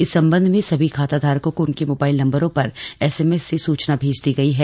इस संबंध में सभी खाताधारकों को उनके मोबाइल नम्बरों पर एसएमएस से सूचना भेज दी गई है